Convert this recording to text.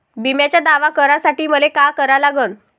बिम्याचा दावा करा साठी मले का करा लागन?